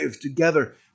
together